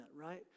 right